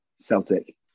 celtic